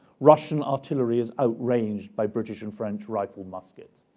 russian artillery is outraged by british and french rifle-muskets.